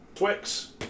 Twix